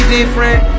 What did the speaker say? different